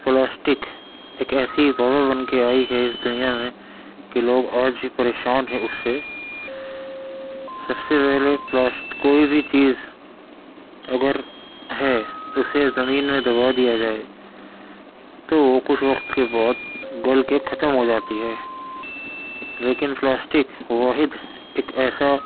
plastic ایک ایسی وبا بن کے آئی ہے اس دنیا میں کہ لوگ آج بھی پریشان ہیں اس سے سب سے پہلے پلاسٹ کوئی بھی چیز اگر ہے اسے زمین میں دبا دیا جائے تو کچھ وقت کے بعد گل کے ختم ہوجاتی ہے لیکن پلاسٹک واحد ایک ایسا